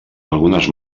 algunes